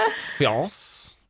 fiance